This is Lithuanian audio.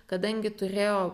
kadangi turėjo